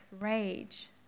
rage